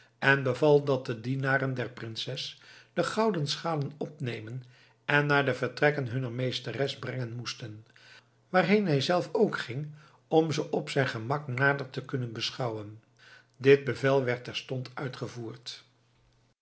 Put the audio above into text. en beval dat de dienaren der prinses de gouden schalen opnemen en naar de vertrekken hunner meesteres brengen moesten waarheen hij zelf ook ging om ze op zijn gemak nader te kunnen beschouwen dit bevel werd terstond uitgevoerd